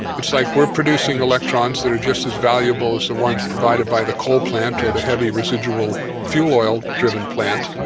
it's like we're producing electrons that are just as valuable as the ones provided by the coal plant or the heavy residual fuel oil driven plant,